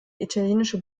italienische